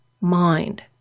mind